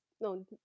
no